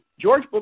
George